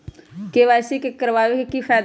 KYC करवाबे के कि फायदा है?